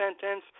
sentence